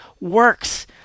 works